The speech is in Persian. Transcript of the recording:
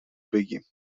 بگیم